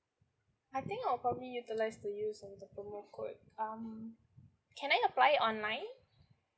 I think I'll probably utilise the use of the promo code um can I apply it online